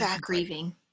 grieving